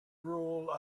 rule